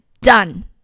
done